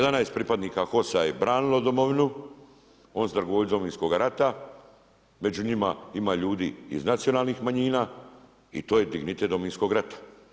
11 pripadnika HOS-a je branilo domovinu, oni su dragovoljci Domovinskog rata, među njima ima ljudi iz nacionalnih manjina i to je dignitet Domovinskog rata.